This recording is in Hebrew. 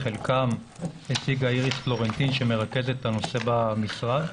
חלקם הציגה איריס פלורנטין שמרכזת את הנושא במשרד,